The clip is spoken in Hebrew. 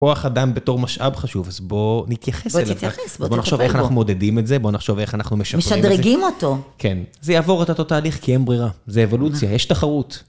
כוח אדם בתור משאב חשוב, אז בואו נתייחס אליו. בואו נתייחס, בואו נתקרב. בואו נחשוב איך אנחנו מודדים את זה, בואו נחשוב איך אנחנו משדרגים את זה. משדרגים אותו. כן. זה יעבור את אותו תהליך כי אין ברירה. זה אבולוציה, יש תחרות.